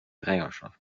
trägerschaft